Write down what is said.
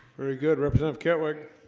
very good represent of kent work